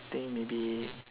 think maybe